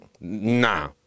Nah